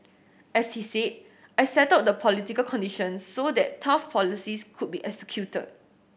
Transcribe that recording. as he said I settled the political conditions so that tough policies could be executed